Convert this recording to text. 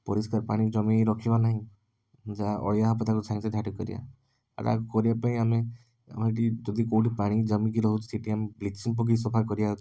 ପରିଷ୍କାର ପାଣି ଜମେଇକି ରଖିବା ନାହିଁ ଯାହା ଅଳିଆ ହେବ ତାକୁ ସାଙ୍ଗେ ସାଙ୍ଗେ ଝାଡ଼ୁ କରିବା କରିବା ପାଇଁ ଆମେ ଆମେ ଯଦି ପାଣି କେଉଁଠି ଜମିକି ରହୁଛି ସେଠି ଆମେ ବ୍ଲିଚିଂ ପକେଇ ସଫା କରିବା ଅଛି